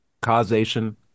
causation